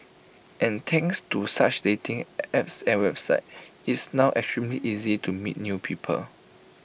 and thanks to such dating apps and websites it's now extremely easy to meet new people